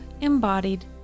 embodied